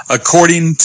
According